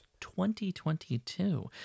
2022